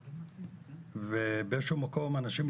מיכל, אני חייבת להצטרף לדברים שלך במובן אחר.